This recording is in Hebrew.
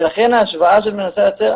לכן ההשוואה שאת מנסה לייצר,